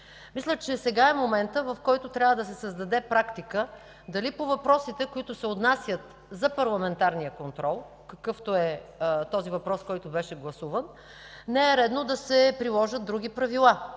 Мисля, че сега е моментът, когато да се създаде практика дали по въпросите, които се отнасят за парламентарния контрол, какъвто е гласуваният въпрос, не е редно да се приложат други правила,